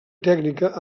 tècnica